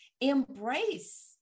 embrace